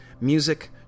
music